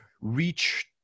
reach